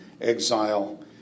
exile